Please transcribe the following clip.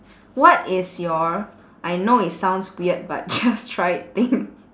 what is your I know it sounds weird but just try it thing